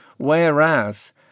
Whereas